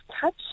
touch